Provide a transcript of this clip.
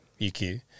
UQ